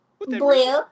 Blue